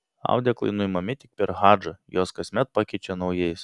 audeklai nuimami tik per hadžą juos kasmet pakeičia naujais